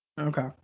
Okay